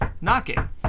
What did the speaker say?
knocking